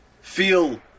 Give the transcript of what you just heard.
feel